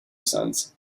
sons